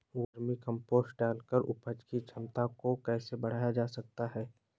Vermi compost डालकर उपज की क्षमता को कैसे बढ़ाया जा सकता है?